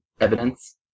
evidence